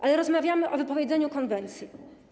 Ale rozmawiamy o wypowiedzeniu konwencji.